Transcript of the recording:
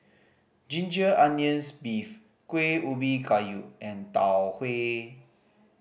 ginger onions beef Kueh Ubi Kayu and Tau Huay